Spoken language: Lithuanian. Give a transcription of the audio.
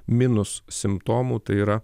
minus simptomų tai yra